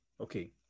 Okay